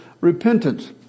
repentance